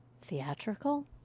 theatrical